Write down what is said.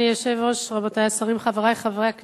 אדוני היושב-ראש, רבותי השרים, חברי חברי הכנסת,